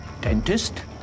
Dentist